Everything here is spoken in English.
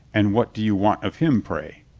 and what do you want of him, pray?